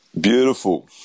Beautiful